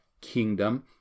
kingdom